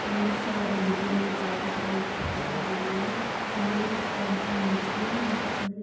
ನನಗಿಷ್ಟವಾದ ಬಿರಿಯಾನಿ ಬಾತ್ ಇವೆಲ್ಲ ಇಷ್ಟಪಡ್ತಾರೆ ಬೇರೆಯವರು ತುಂಬಾ ಖುಷಿಯಾಗುತ್ತೆ ನಂಗೆ ಈ ಬಿರಿಯಾನಿ ಬಾತ್ ಅಂದರೆ